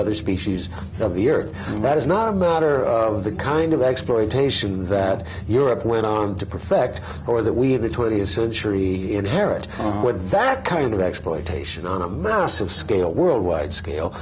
other species of the earth that is not a matter of the kind of exploitation that europe went on to perfect or that we have the th century inherit with that kind of exploitation on a massive scale worldwide scale